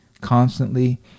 constantly